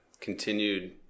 continued